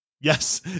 yes